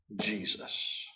Jesus